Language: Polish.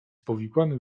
powikłanym